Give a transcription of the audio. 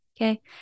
Okay